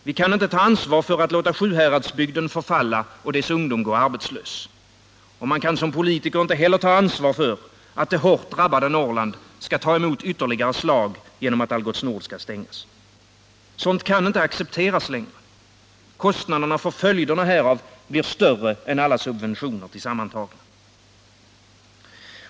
Vi kan inte ta ansvar för att låta Sjuhäradsbygden förfalla och dess ungdom gå arbetslös. Man kan som politiker inte heller ta ansvar för att det hårt drabbade Norrland skall ta emot ytterligare slag genom att Algots Nord skall stängas. Sådant kan inte längre accepteras. Kostnaden för följderna härav blir större än alla subventioner tillsammantagna.